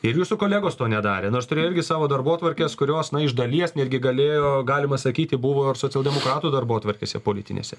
ir jūsų kolegos to nedarė nors turėjo savo darbotvarkes kurios na iš dalies netgi galėjo galima sakyti buvo ir socialdemokratų darbotvarkėse politinėse